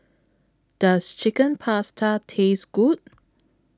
Does Chicken Pasta Taste Good